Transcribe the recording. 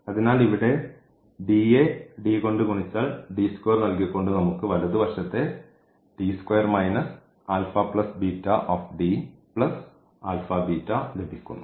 അതിനാൽ ഇവിടെ യെ കൊണ്ട് ഗുണിച്ചാൽ നൽകിക്കൊണ്ട് നമുക്ക് വലതുവശത്തെ ലഭിക്കുന്നു